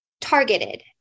targeted